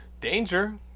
Danger